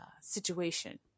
situation